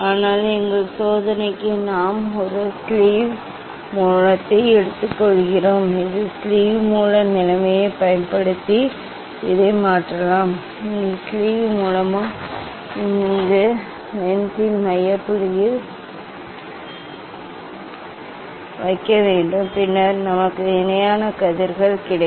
ஆனால் எங்கள் சோதனைக்கு நாம் ஒரு ஸ்லீவ் மூலத்தை எடுத்துக்கொள்கிறோம் இது ஸ்லீவ் மூல நிலையை பயன்படுத்தி இதைப் மாற்றலாம் இங்கே ஸ்லீவ் மூலமும் இந்த லென்ஸின் மைய புள்ளியில் வைக்க வேண்டும் பின்னர் நமக்கு இணையான கதிர்கள் கிடைக்கும்